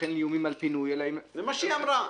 וכן לאיומים על פינוי..." --- זה מה שהיא אמרה .